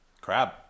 Crab